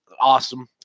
Awesome